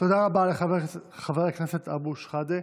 תודה רבה לחבר הכנסת אבו שחאדה.